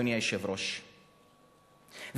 אדוני היושב-ראש,